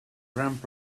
ramp